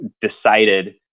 decided